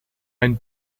ein